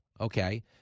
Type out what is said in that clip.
okay